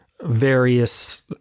various